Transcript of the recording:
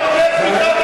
חבר הכנסת בר,